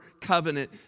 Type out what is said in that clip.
covenant